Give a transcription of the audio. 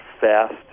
fast